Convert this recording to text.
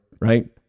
Right